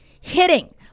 hitting